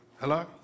Hello